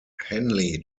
henley